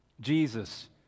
Jesus